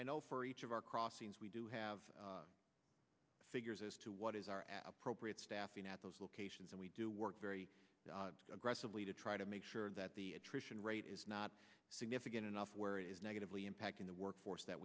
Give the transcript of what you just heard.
i know for each of our crossings we do have figures as to what is our staffing at those locations and we do work very aggressively to try to make sure that the attrition rate is not significant enough where it is negatively impacting the workforce that